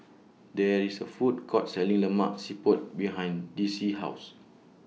There IS A Food Court Selling Lemak Siput behind Dicie's House